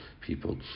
people